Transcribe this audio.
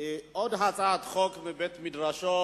היא עוד הצעת חוק מבית-מדרשו